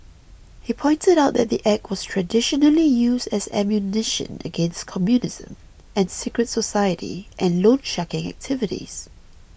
he pointed out that the Act was traditionally used as ammunition against communism and secret society and loansharking activities